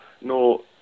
no